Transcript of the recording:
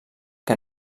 que